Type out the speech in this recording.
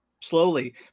slowly